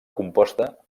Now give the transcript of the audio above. composta